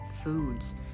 foods